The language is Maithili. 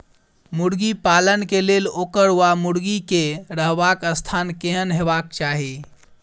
मुर्गी पालन केँ लेल ओकर वा मुर्गी केँ रहबाक स्थान केहन हेबाक चाहि?